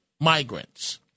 migrants